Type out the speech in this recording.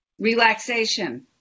Relaxation